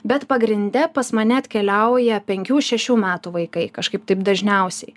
bet pagrinde pas mane atkeliauja penkių šešių metų vaikai kažkaip taip dažniausiai